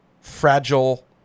fragile